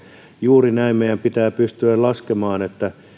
juuri näin meidän pitää pystyä laskemaan